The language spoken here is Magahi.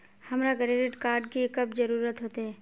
हमरा क्रेडिट कार्ड की कब जरूरत होते?